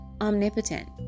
omnipotent